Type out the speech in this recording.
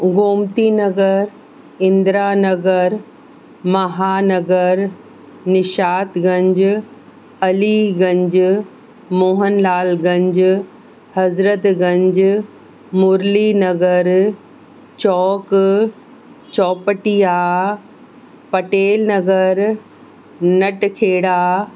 Gomtinagar Indiranagar Mahanagar Nishatganj Aliganj Mohanlalganj Hazratganj Muralinagar Chowk Chaupatia Patelnagar Natkhera